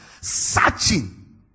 Searching